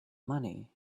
money